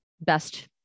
best